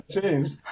Changed